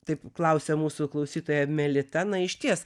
taip klausia mūsų klausytoja melita na išties